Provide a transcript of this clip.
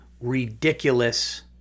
ridiculous